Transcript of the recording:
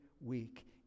week